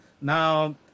Now